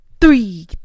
Three